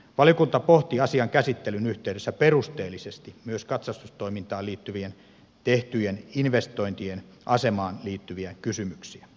valiokunta pohti asian käsittelyn yhteydessä perusteellisesti myös katsastustoimintaan liittyvien tehtyjen investointien asemaan liittyviä kysymyksiä